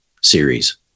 series